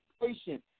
patient